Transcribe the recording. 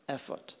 Effort